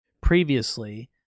previously